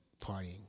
partying